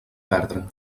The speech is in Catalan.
perdre